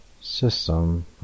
system